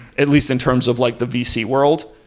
at least in terms of like the vc world,